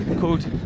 called